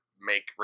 make